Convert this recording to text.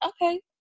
okay